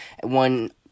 one